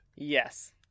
Yes